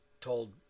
told